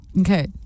Okay